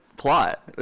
Plot